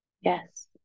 Yes